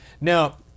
Now